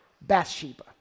Bathsheba